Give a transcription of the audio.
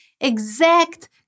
exact